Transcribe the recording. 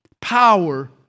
power